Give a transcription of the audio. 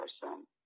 person